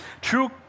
true